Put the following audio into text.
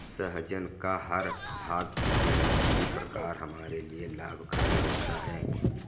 सहजन का हर भाग किसी न किसी प्रकार हमारे लिए लाभकारी होता है